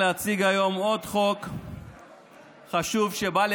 הצעת חוק הביטוח הלאומי